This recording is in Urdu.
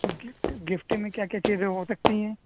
گفٹ گفٹ میں کیا کیا چیزیں ہو سکتی ہیں